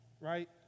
right